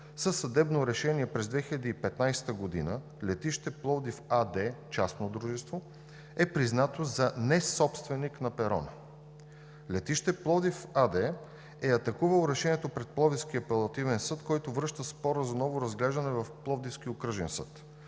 със съдебно решение през 2015 г. „Летище Пловдив“ АД – частно дружество, е признато за несобственик на перона. „Летище Пловдив“ АД е атакувало решението пред Пловдивския апелативен съд, който връща спора за ново разглеждане в Пловдивския окръжен съд.